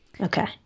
Okay